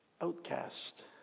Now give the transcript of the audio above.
outcast